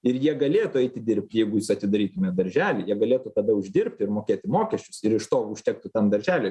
ir jie galėtų eiti dirbt jeigu jūs atidarytumėt darželį jie galėtų tada uždirbti ir mokėti mokesčius ir iš to užtektų tam darželiui